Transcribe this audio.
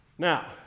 Now